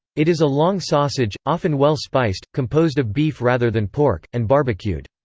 it is a long sausage, often well-spiced, composed of beef rather than pork, and barbecued.